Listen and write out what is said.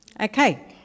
Okay